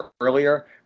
earlier